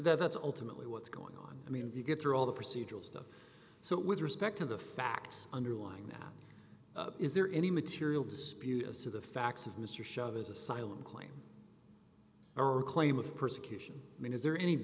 that's ultimately what's going on i mean you get through all the procedural stuff so with respect to the facts underlying that is there any material dispute as to the facts of mr chavez asylum claim or a claim of persecution i mean is there any